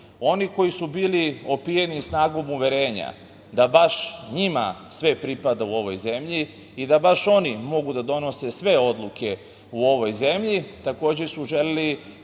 koji su bili opijeni snagom uverenja da baš njima sve pripada u ovoj zelji i da baš oni mogu da donose sve odluke u ovoj zemlji takođe su želeli